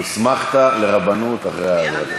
הוסמכת לרבנות אחרי הדרשה.